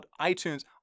iTunes